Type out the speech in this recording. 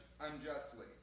unjustly